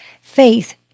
Faith